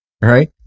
right